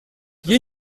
you